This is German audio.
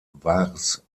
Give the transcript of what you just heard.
wars